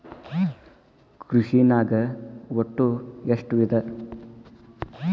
ಕೃಷಿನಾಗ್ ಒಟ್ಟ ಎಷ್ಟ ವಿಧ?